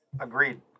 agreed